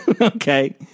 Okay